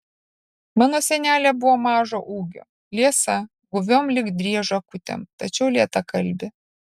mano senelė buvo mažo ūgio liesa guviom lyg driežo akutėm tačiau lėtakalbė